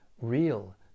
real